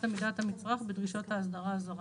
עמידת המצרך בדרישות האסדרה הזרה,"